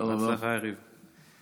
בהצלחה, יריב.